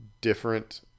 different